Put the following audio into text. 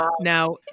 Now